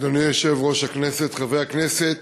אדוני יושב-ראש הכנסת,